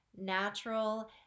natural